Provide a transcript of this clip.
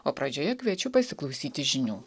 o pradžioje kviečiu pasiklausyti žinių